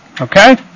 Okay